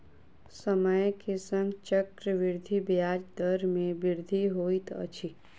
समय के संग चक्रवृद्धि ब्याज दर मे वृद्धि होइत अछि